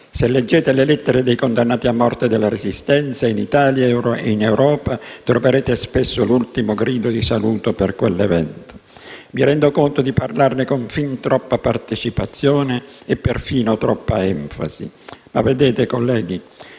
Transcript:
Se leggete le lettere dei condannati a morte della Resistenza, in Italia e in Europa, troverete spesso l'ultimo grido di saluto per quell'evento. Mi rendo conto di parlarne con fin troppa partecipazione e perfino troppa enfasi, ma vedete, colleghi,